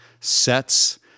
sets